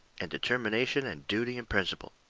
and determination and duty and principle.